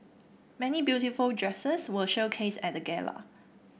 many beautiful dresses were showcased at the gala